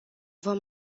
vom